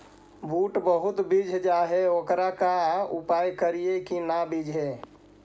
बुट बहुत बिजझ जा हे ओकर का उपाय करियै कि न बिजझे?